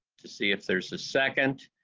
to see if there's a second,